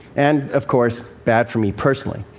and, of course, bad for me personally.